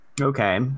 Okay